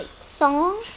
song